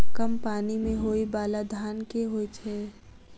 कम पानि मे होइ बाला धान केँ होइ छैय?